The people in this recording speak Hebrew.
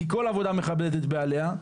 כי כל עבודה מכבדת את בעליה,